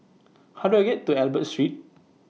How Do I get to Albert Street